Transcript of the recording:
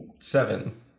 Seven